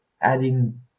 adding